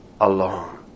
alone